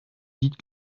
dites